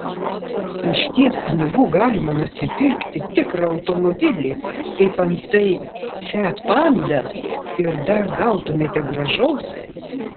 už tiek pinigų galima nusipirkti tikrą automobilį kaip antai fiat panda ir dar gautumėte grąžos